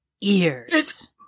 ears